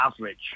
average